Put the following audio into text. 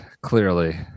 clearly